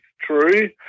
true